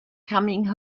coming